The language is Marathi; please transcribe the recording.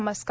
नमस्कार